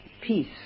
Peace